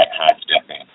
high-stepping